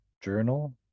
journal